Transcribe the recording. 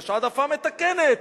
יש העדפה מתקנת,